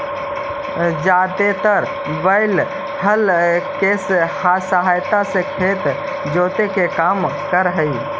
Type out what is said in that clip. जादेतर बैल हल केसहायता से खेत जोते के काम कर हई